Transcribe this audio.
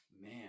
man